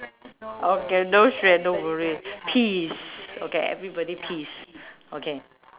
okay no stress no worry peace okay everybody peace okay